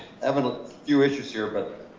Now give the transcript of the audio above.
have um a few issues here. but